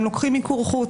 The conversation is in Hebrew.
הם לוקחים מיקור חוץ.